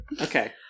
Okay